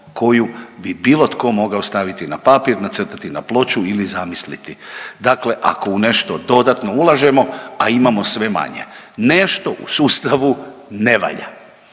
koju bi bilo tko mogao staviti na papir, nacrtati na ploču ili zamisliti. Dakle, ako u nešto dodatno ulažemo, a imamo sve manje nešto u sustavu ne valja.